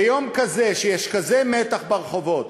ביום כזה שיש כזה מתח ברחובות,